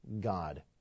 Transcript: god